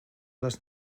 les